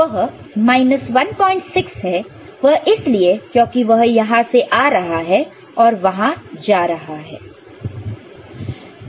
वह 16 है वह इसलिए क्योंकि वह यहां से आ रहा है और वह वहां जा रहा है